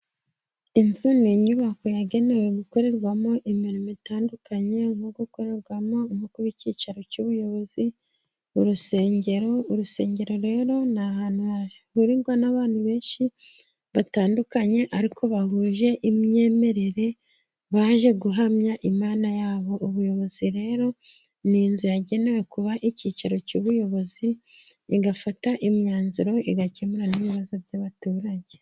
Inzu ni inyubako yagenewe gukorerwamo imirimo itandukanye, nko gukorerwa umukuru w'icyicaro cy'ubuyoboz,i urusengero. Urusengero rero ni ahantu hahurirwa n'abantu benshi batandukanye, ariko bahuje imyemerere, baje guhamya Imana yabo. Ubuyobozi rero ni inzu yagenewe kuba icyicaro cy'ubuyobozi, igafata imyanzuro igakemura n'ibibazo by'abaturage.